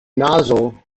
nozzle